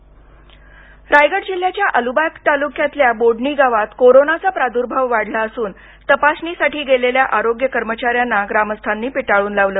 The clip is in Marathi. रायगड रायगड जिल्ह्याच्या अलिबाग तालुक्यातल्या बोडणी गावात कोरोनाचा प्रार्द्भाव वाढला असून तपासणीसाठी गेलेल्या आरोग्य कर्मचाऱ्यांना ग्रामस्थांनी पिटाळून लावलं